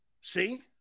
See